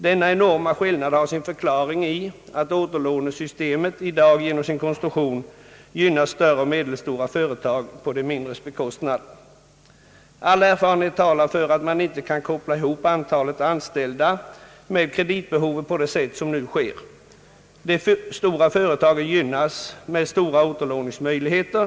Denna enorma skillnad har sin förklaring i att återlånesystemet i dag genom sin konstruktion gynnar större och medelstora företag på de mindres bekostnad. All erfarenhet talar för att man inte kan koppla ihop antalet anställda med kreditbehovet, på det sätt som nu sker. De stora företagen gynnas med goda återlånemöjligheter.